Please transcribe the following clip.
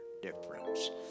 difference